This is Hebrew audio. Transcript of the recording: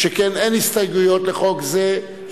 התשע"א 2011. הצעת חוק זו